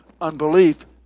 unbelief